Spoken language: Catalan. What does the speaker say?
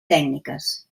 tècniques